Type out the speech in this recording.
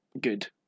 good